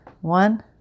One